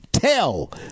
Tell